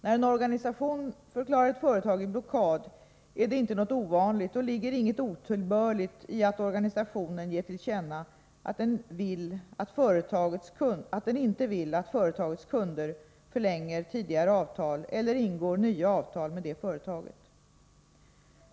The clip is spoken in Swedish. När en organisation förklarar ett företag i blockad är det inte något ovanligt och ligger inget otillbörligt i att organisationen ger till känna att den inte vill att företagets kunder förlänger tidigare avtal eller ingår nya avtal med det företaget.